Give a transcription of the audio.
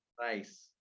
Nice